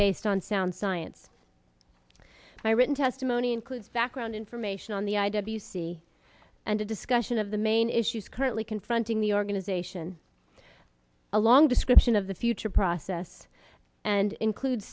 based on sound science by written testimony includes background information on the i w c and a discussion of the main issues currently confronting the organization a long description of the future process and include